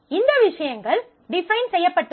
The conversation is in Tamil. இந்த விஷயங்கள் டிஃபைன் செய்யப்பட்டுள்ளன